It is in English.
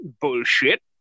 bullshit